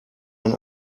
man